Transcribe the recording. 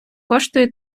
коштує